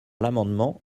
l’amendement